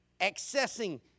accessing